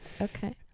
Okay